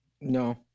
No